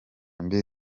mbili